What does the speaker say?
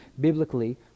biblically